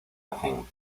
hacen